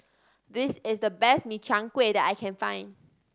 this is the best Min Chiang Kueh that I can find